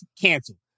canceled